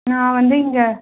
நான் வந்து இங்கே